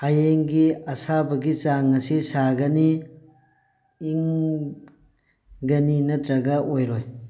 ꯍꯌꯦꯡꯒꯤ ꯑꯁꯥꯕꯒꯤ ꯆꯥꯡ ꯑꯁꯤ ꯁꯥꯒꯅꯤ ꯏꯪ ꯒꯅꯤ ꯅꯠꯇ꯭ꯔꯒ ꯑꯣꯏꯔꯣꯏ